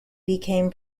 became